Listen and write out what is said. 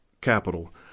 Capital